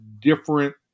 different